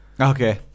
Okay